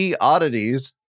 Oddities